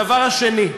הדבר השני: